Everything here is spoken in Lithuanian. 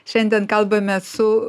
šiandien kalbamės su